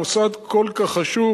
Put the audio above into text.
מוסד כל כך חשוב